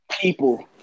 People